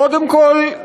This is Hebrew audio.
קודם כול,